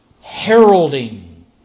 Heralding